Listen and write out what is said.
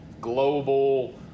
global